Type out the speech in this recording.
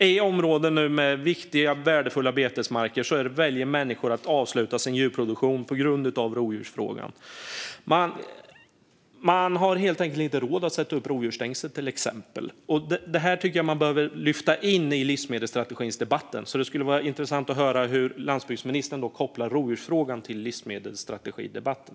I områden med viktiga värdefulla betesmarker väljer människor att avsluta sin djurproduktion på grund av rovdjursfrågan. De har helt enkelt inte råd att till exempel sätta upp rovdjursstängsel. Det behöver man lyfta in i debatten om livsmedelsstrategin. Det skulle vara intressant att höra hur landsbygdsministern kopplar rovdjursfrågan till livsmedelsstrategidebatten.